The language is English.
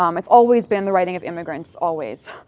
um it's always been the writing of immigrants, always.